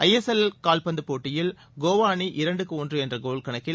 ஐ S L கால்பந்து போட்டியில் கோவா அணி இரண்டுக்கு ஒன்று என்ற கோல் கணக்கில்